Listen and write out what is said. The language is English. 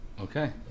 Okay